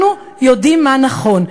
אנחנו יודעים מה נכון,